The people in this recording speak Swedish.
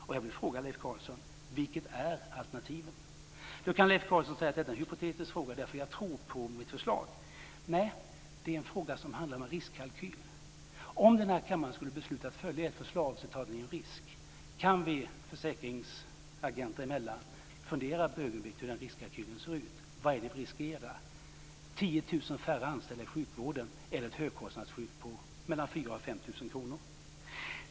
Leif Carlson, vad är alltså alternativet? Leif Carlson kan säga: Detta är en hypotetisk fråga därför att jag tror på mitt förslag. Nej, det är fråga om en riskkalkyl. Om denna kammare skulle besluta att följa ert förslag tas en risk. Kan vi, oss försäkringsagenter emellan så att säga, ett ögonblick fundera över hur den riskkalkylen ser ut? Vad är det vi riskerar - 10 000 färre anställda i sjukvården eller ett högkostnadsskydd på 4 000-5 000 kr?